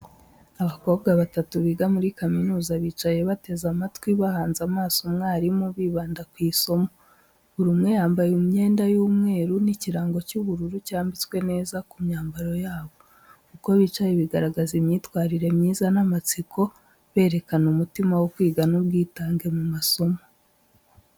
Abakobwa batatu biga muri kaminuza bicaye bateze amatwi, bahanze amaso umwarimu, bibanda ku isomo. Buri umwe yambaye imyenda y’umweru n'ikirango cy’ubururu cyambitswe neza ku myambaro yabo. Uko bicaye bigaragaza imyitwarire myiza n’amatsiko, berekana umutima wo kwiga n’ubwitange mu masomo.